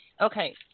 Okay